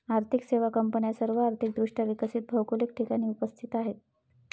आर्थिक सेवा कंपन्या सर्व आर्थिक दृष्ट्या विकसित भौगोलिक ठिकाणी उपस्थित आहेत